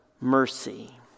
mercy